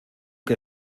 que